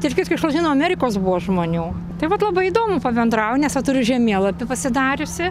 tarp kitko iš lotynų amerikos buvo žmonių tai vat labai įdomu pabendrauni nes va turiu žemėlapį pasidariusi